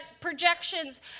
projections